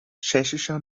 tschechischer